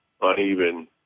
uneven